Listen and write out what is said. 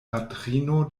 patrino